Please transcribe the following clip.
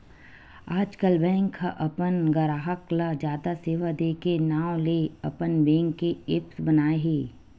आजकल बेंक ह अपन गराहक ल जादा सेवा दे के नांव ले अपन बेंक के ऐप्स बनाए हे